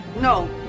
No